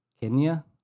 Kenya